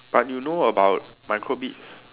but you know about micro bits